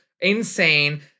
insane